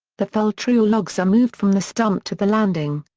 the felled tree or logs are moved from the stump to the landing.